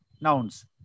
nouns